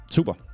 Super